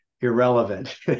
irrelevant